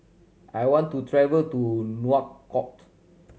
I want to travel to Nouakchott